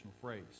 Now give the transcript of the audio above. phrase